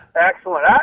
Excellent